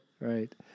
Right